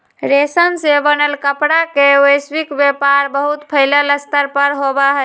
रेशम से बनल कपड़ा के वैश्विक व्यापार बहुत फैल्ल स्तर पर होबा हई